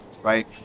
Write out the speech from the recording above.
right